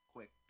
Quick